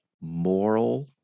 moral